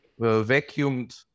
vacuumed